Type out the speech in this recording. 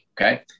Okay